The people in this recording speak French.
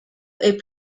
est